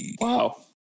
Wow